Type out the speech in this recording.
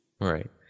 Right